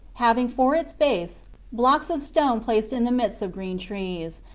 having for its base blocks of stone placed in the midst of green trees,